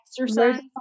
exercise